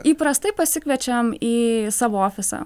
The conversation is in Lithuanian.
įprastai pasikviečiam į savo ofisą